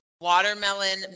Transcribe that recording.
Watermelon